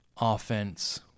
offense